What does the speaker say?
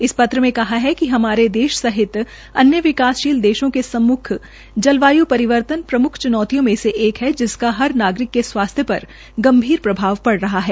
इस पत्र में कहा है कि हमारे देश सहित अन्य विकासशील देशों के सम्मुख जलवाय् परिवर्तन प्रमुख च्नौतियों में से एक है जिसका हर नागरिक के स्वास्थ्य पर गंभीर प्रभाव पड़ा रहा है